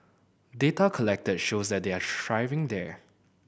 data collected shows that they are thriving there